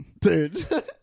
Dude